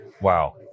Wow